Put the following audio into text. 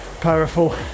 powerful